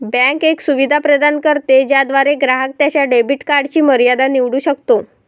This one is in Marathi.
बँक एक सुविधा प्रदान करते ज्याद्वारे ग्राहक त्याच्या डेबिट कार्डची मर्यादा निवडू शकतो